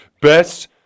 Best